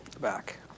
Back